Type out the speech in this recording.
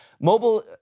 Mobile